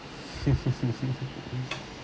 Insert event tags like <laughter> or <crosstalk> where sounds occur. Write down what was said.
<laughs>